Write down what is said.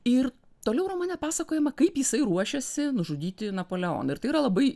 ir toliau romane pasakojama kaip jisai ruošiasi nužudyti napoleoną ir tai yra labai